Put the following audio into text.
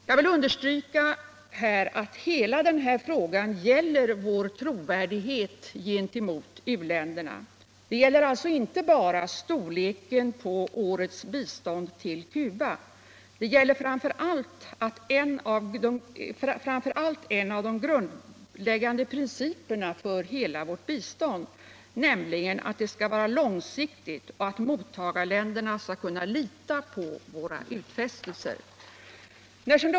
Jag vill understryka att hela frågan gäller vår trovärdighet gentemot u-länderna. Det gäller alltså inte bara storleken på årets bistånd till Cuba. utan framför allt en av grundprinciperna för vårt bistånd — att det skall vara långsiktigt och att mottagarländerna skall kunna lita på våra utfästelser.